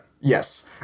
Yes